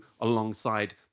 alongside